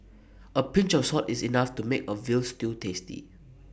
A pinch of salt is enough to make A Veal Stew tasty